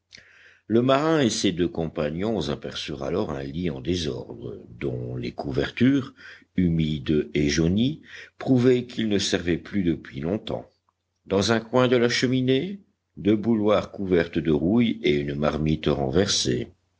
le marin et ses deux compagnons aperçurent alors un lit en désordre dont les couvertures humides et jaunies prouvaient qu'il ne servait plus depuis longtemps dans un coin de la cheminée deux bouilloires couvertes de rouille et une marmite renversée